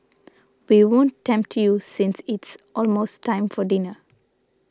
we won't tempt you since it's almost time for dinner